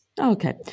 Okay